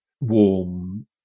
warm